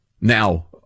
Now